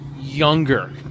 younger